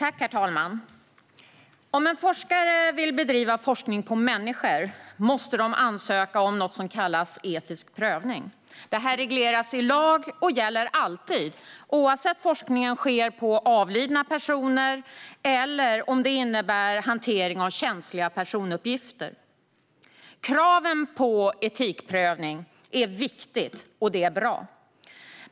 Herr talman! Om en forskare vill bedriva forskning på människor måste de ansöka om något som kallas etisk prövning. Detta regleras i lag och gäller alltid, oavsett om forskningen sker på avlidna personer eller innebär hantering av känsliga personuppgifter. Kraven på etikprövning är viktiga, och det är bra.